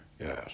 yes